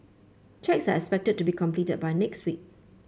checks are expected to be completed by next week